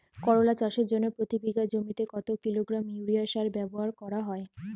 করলা চাষের জন্য প্রতি বিঘা জমিতে কত কিলোগ্রাম ইউরিয়া সার ব্যবহার করা হয়?